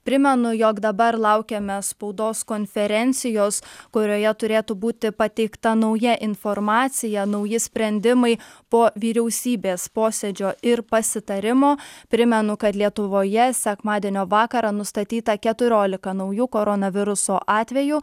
primenu jog dabar laukiame spaudos konferencijos kurioje turėtų būti pateikta nauja informacija nauji sprendimai po vyriausybės posėdžio ir pasitarimo primenu kad lietuvoje sekmadienio vakarą nustatyta keturiolika naujų koronaviruso atvejų